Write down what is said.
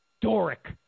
Doric